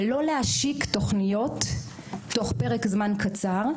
ולא להשיק תוכניות תוך פרק זמן קצר,